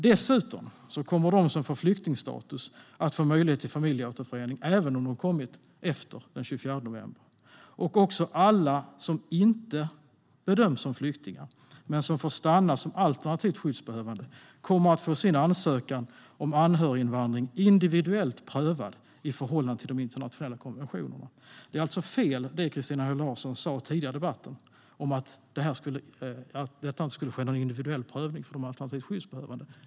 Dessutom kommer de som får flyktingstatus att få möjlighet till familjeåterförening även om de kommit efter den 24 november, och alla som inte bedöms som flyktingar men som får stanna som alternativt skyddsbehövande kommer att få sina ansökningar om anhöriginvandring individuellt prövade i förhållande till de internationella konventionerna. Det var alltså fel, det som Christina Höj Larsen sa tidigare i debatten om att det inte skulle ske någon individuell prövning för de alternativt skyddsbehövande.